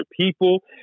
people